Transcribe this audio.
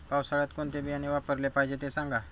पावसाळ्यात कोणते बियाणे वापरले पाहिजे ते सांगा